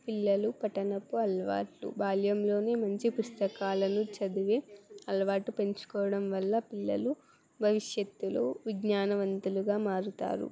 పిల్లలు పఠనపు అలవాటు బాల్యంలోనే మంచి పుస్తకాలను చదివే అలవాటు పెంచుకోవడం వల్ల పిల్లలు భవిష్యత్తులో విజ్ఞానవంతులుగా మారుతారు